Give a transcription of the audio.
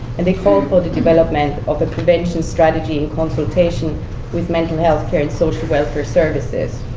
and they call for the development of the prevention strategy and consultation with mental health care and social welfare services.